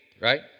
right